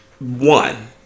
One